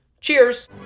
Cheers